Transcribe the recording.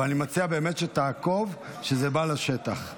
אבל אני מציע באמת שתעקוב שזה בא לשטח.